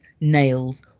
nails